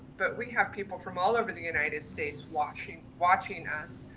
but we have people from all over the united states watching watching us.